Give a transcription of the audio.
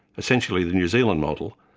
essentially the new zealand model,